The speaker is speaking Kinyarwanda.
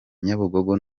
nyabugogo